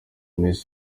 miss